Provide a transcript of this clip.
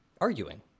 arguing